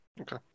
Okay